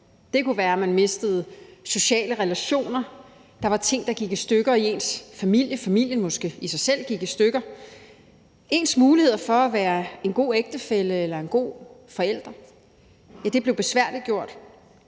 Det kunne være, at man mistede sociale relationer, at der var ting, der gik i stykker i ens familie, måske familien selv, og at ens muligheder for at være en god ægtefælle eller en god forælder blev besværliggjort